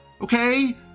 okay